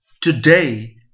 today